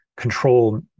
control